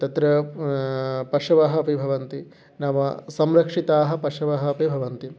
तत्र पशवः अपि भवन्ति नाम सम्रक्षिताः पशवः अपि भवन्ति